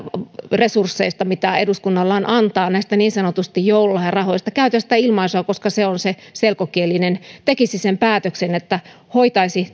resursseista mitä eduskunnalla on antaa näistä niin sanotusti joululahjarahoista käytän sitä ilmaisua koska se on se selkokielinen että ne tekisivät sen päätöksen että hoitaisivat